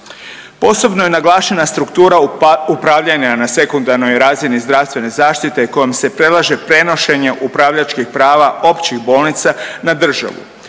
Posebno je naglašena struktura upravljanja na sekundarnoj razini zdravstvene zaštite kojom se predlaže prenošenje upravljačkih prava općih bolnica na državu,